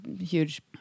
Huge